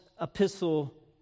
epistle